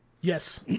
Yes